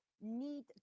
need